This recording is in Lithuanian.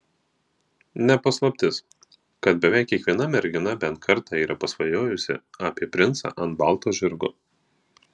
ne paslaptis kad beveik kiekviena mergina bent kartą yra pasvajojusi apie princą ant balto žirgo